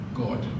god